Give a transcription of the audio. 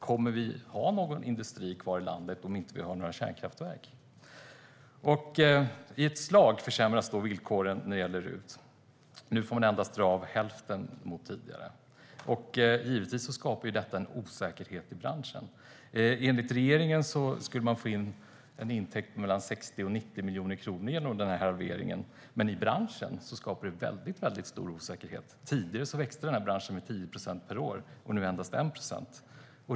Kommer vi att ha någon industri kvar i landet om vi inte har några kärnkraftverk? I ett slag försämras villkoren när det gäller RUT. Nu får man dra av endast hälften mot tidigare. Givetvis skapar detta osäkerhet i branschen. Enligt regeringen skulle man få intäkter på mellan 60 och 90 miljoner kronor genom halveringen, men i branschen skapar det väldigt stor osäkerhet. Tidigare växte branschen med 10 procent per år. Nu växer den med endast 1 procent.